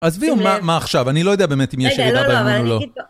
עזבי, מה עכשיו? אני לא יודע באמת אם יש מעילה באמון או לא.